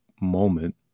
moment